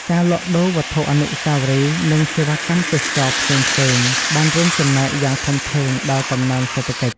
ការលក់ដូរវត្ថុអនុស្សាវរីយ៍ និងសេវាកម្មទេសចរណ៍ផ្សេងៗ បានរួមចំណែកយ៉ាងធំធេងដល់កំណើនសេដ្ឋកិច្ច។